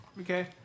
Okay